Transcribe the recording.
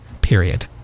Period